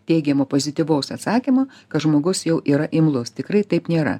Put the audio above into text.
teigiamo pozityvaus atsakymo kad žmogus jau yra imlus tikrai taip nėra